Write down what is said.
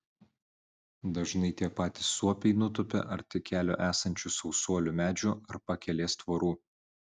dažnai tie patys suopiai nutupia arti kelio esančių sausuolių medžių ar pakelės tvorų